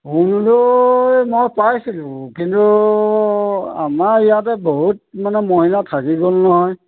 মই পাইছিলোঁ কিন্তু আমাৰ ইয়াতে বহুত মানে মহিলা থাকি গ'ল নহয়